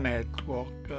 Network